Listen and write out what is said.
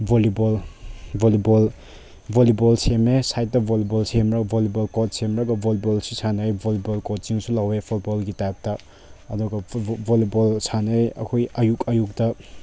volleyball volleyball volleyball ꯁꯦꯝꯃꯦ ꯁꯥꯏꯠꯇ volleyball ꯁꯦꯝꯂꯒ ꯕꯣꯜꯂꯤꯕꯣꯜ ꯀꯣꯠ ꯁꯦꯝꯂꯒ ꯕꯣꯜꯂꯤꯕꯣꯜꯁꯨ ꯁꯥꯟꯅꯩ ꯕꯣꯜꯂꯤꯕꯣꯜ ꯀꯣꯆꯤꯡꯁꯨ ꯂꯧꯋꯦ ꯐꯨꯠꯕꯣꯜꯒꯤ ꯇꯥꯏꯞꯇ ꯑꯗꯨꯒ ꯐꯨꯠꯕꯣꯜ ꯕꯣꯜꯂꯤꯕꯣꯜ ꯁꯥꯟꯅꯩ ꯑꯩꯈꯣꯏ ꯑꯌꯨꯛ ꯑꯌꯨꯛꯇ